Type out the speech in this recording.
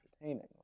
entertaining